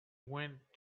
went